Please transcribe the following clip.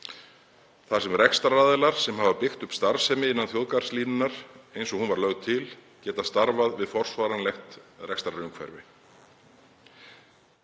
þar sem rekstraraðilar sem hafa byggt upp starfsemi innan þjóðgarðslínunnar, eins og hún var lögð til, geta starfað við forsvaranlegt rekstrarumhverfi.